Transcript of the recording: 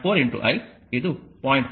4I ಇದು 0